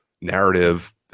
narrative